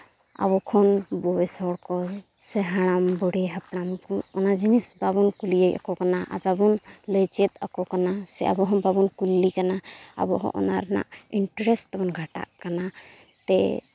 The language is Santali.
ᱟᱵᱚ ᱠᱷᱚᱱ ᱵᱚᱭᱚᱥ ᱦᱚᱲ ᱠᱚ ᱥᱮ ᱦᱟᱲᱟᱢᱼᱵᱩᱲᱦᱤ ᱦᱟᱯᱲᱟᱢ ᱠᱚ ᱚᱱᱟ ᱡᱤᱱᱤᱥ ᱵᱟᱵᱚᱱ ᱠᱩᱞᱤᱭᱮᱫ ᱠᱚ ᱠᱟᱱᱟ ᱟᱨ ᱵᱟᱵᱚᱱ ᱞᱟᱹᱭ ᱪᱮᱫ ᱟᱠᱚ ᱠᱟᱱᱟ ᱥᱮ ᱟᱵᱚ ᱦᱚᱸ ᱵᱟᱵᱚᱱ ᱠᱩᱞᱤ ᱠᱟᱱᱟ ᱟᱵᱚ ᱦᱚᱸ ᱚᱱᱟ ᱨᱮᱱᱟᱜ ᱤᱱᱴᱮᱨᱮᱥᱴ ᱛᱟᱵᱚᱱ ᱜᱷᱟᱴᱟᱜ ᱠᱟᱱᱟ ᱛᱮ